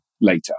later